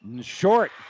Short